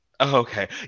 okay